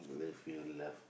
love you love